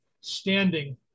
standing